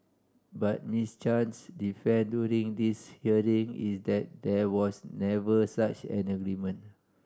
but Miss Chan's defence during this hearing is that there was never such an agreement